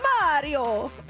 Mario